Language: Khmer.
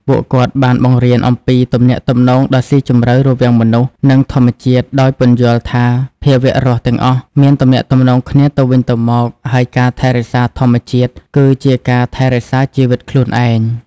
ពួកគាត់បានបង្រៀនអំពីទំនាក់ទំនងដ៏ស៊ីជម្រៅរវាងមនុស្ស និងធម្មជាតិ ដោយពន្យល់ថាភាវៈរស់ទាំងអស់មានទំនាក់ទំនងគ្នាទៅវិញទៅមក ហើយការថែរក្សាធម្មជាតិគឺជាការថែរក្សាជីវិតខ្លួនឯង។